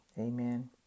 amen